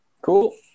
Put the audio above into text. Cool